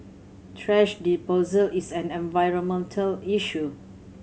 thrash disposal is an environmental issue